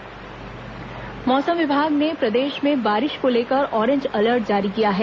मौसम मौसम विभाग ने प्रदेश में बारिष को लेकर ऑरेंज अलर्ट जारी किया है